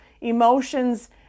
emotions